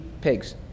pigs